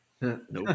Nope